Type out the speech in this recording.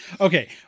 Okay